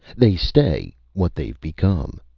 they stay what they've become.